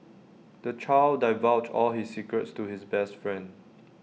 the child divulged all his secrets to his best friend